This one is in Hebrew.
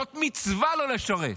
זאת מצווה לא לשרת.